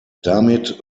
damit